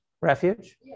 Refuge